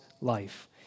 life